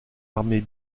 armées